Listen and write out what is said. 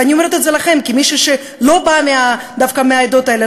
ואני אומרת את זה לכם כמישהי שלא באה דווקא מהעדות האלה,